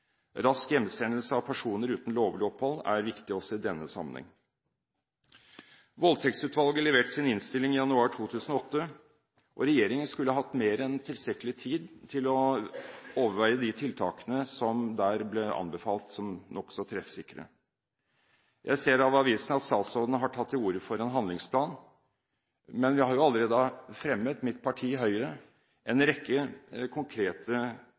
Rask hjemsendelse av personer uten lovlig opphold er viktig også i denne sammenheng. Voldtektsutvalget leverte sin innstilling i januar 2008. Regjeringen skulle hatt mer enn tilstrekkelig tid til å overveie de tiltakene som der ble anbefalt som nokså treffsikre. Jeg ser av avisene at statsråden har tatt til orde for en handlingsplan, men mitt parti, Høyre, har allerede fremmet en rekke konkrete